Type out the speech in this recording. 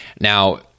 Now